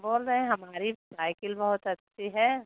बोल रहें है हमारी साइकिल बहुत अच्छी है